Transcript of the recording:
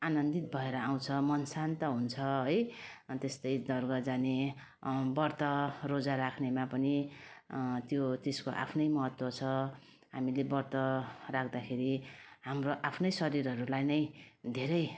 आनन्दित भएर आउँछ मन शान्त हुन्छ है अनि त्यस्तै दरगाह जाने व्रत रोजा राख्नेमा पनि त्यो त्यसको आफ्नै महत्त्व छ हामीले व्रत राख्दाखेरि हाम्रो आफ्नै शरीरहरूलाई नै धेरै